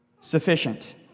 sufficient